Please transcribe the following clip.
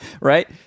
Right